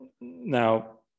Now